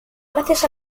gracias